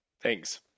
Thanks